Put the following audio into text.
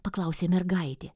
paklausė mergaitė